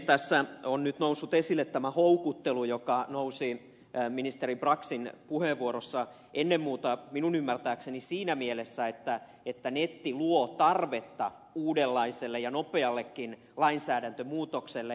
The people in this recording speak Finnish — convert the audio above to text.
tässä on nyt noussut esille tämä houkuttelu joka nousi ministeri braxin puheenvuorossa esille minun ymmärtääkseni ennen muuta siinä mielessä että netti luo tarvetta uudenlaiselle ja nopeallekin lainsäädäntömuutokselle